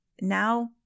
Now